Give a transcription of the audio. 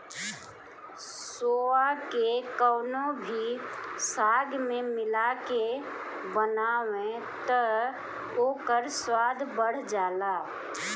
सोआ के कवनो भी साग में मिला के बनाव तअ ओकर स्वाद बढ़ जाला